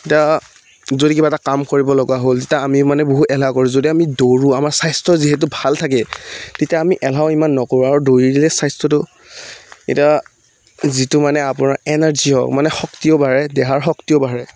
এতিয়া যদি কিবা এটা কাম কৰিব লগা হ'ল তেতিয়া আমি মানে বহুত এলাহ কৰোঁ যদি আমি দৌৰোঁ আমাৰ স্বাস্থ্য যিহেতু ভালে থাকে তেতিয়া আমি এলাহও ইমান নকৰোঁ আৰু দৌৰিলে স্বাস্থ্যটো এতিয়া যিটো মানে আপোনাৰ এনাৰ্জি হওক মানে শক্তিও বাঢ়ে দেহাৰ শক্তিও বাঢ়ে